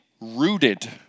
rooted